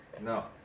no